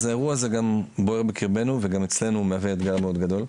האירוע הזה גם בוער בקרבנו וגם אצלנו מהווה אתגר מאוד גדול.